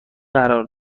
قرار